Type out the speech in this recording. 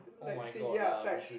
like say ya facts